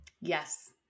Yes